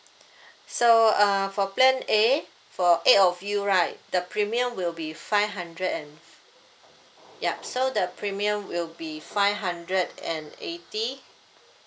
so uh for plan A for eight of you right the premium will be five hundred and f~ yup so the premium will be five hundred and eighty